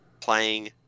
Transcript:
playing